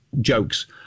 jokes